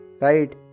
right